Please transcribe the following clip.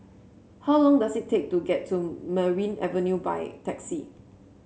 how long does it take to get to Merryn Avenue by taxi